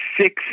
six